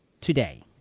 today